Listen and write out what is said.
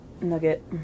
Nugget